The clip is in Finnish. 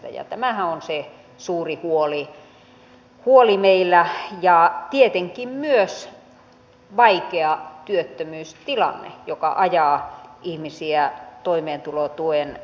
tämähän on se suuri huoli meillä ja tietenkin myös vaikea työttömyystilanne joka ajaa ihmisiä toimeentulotuen piiriin